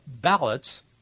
ballots